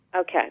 Okay